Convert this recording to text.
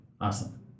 Awesome